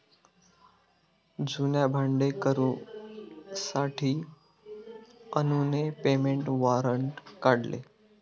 जुन्या भाडेकरूंसाठी अनुने पेमेंट वॉरंट काढले